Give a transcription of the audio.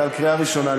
אתה על קריאה ראשונה,